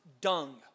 dung